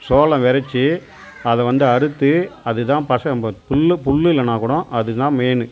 சோளம் வெறச்சி அதை வந்து அறுத்து அதை தான் பசங்க புல்லு புல்லு இல்லைன்னா கூட அது தான் மெயினு